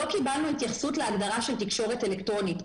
עוד לא קיבלנו התייחסות להגדרה של תקשורת אלקטרונית.